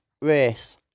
race